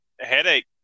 headache